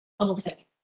okay